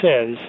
says